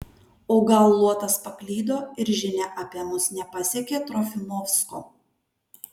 o gal luotas paklydo ir žinia apie mus nepasiekė trofimovsko